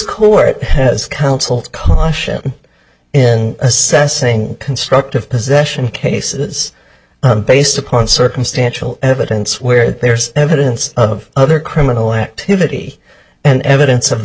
court has counsel caution in assessing constructive possession cases based upon circumstantial evidence where there's evidence of other criminal activity and evidence of the